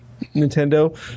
Nintendo